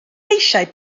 eisiau